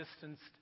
distanced